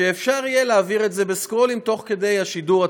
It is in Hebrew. אפשר יהיה להעביר את זה ב"סקרולים" תוך כדי השידור עצמו.